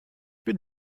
bin